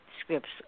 scripts